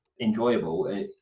enjoyable